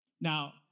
now